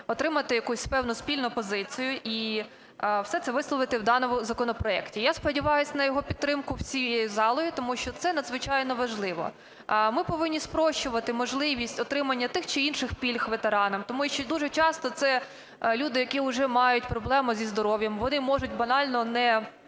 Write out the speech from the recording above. отримати якусь певну спільну позицію і все це висловити в даному законопроекті. Я сподіваюсь на його підтримку всією залою, тому що це надзвичайно важливо. Ми повинні спрощувати можливість отримання тих чи інших пільг ветеранами, тому що дуже часто це люди, які уже мають проблему зі здоров'ям, вони можуть банально не